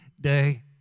day